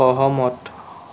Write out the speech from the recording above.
সহমত